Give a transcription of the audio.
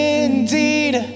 indeed